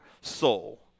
soul